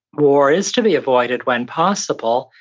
war is to be avoided when possible.